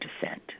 descent